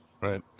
Right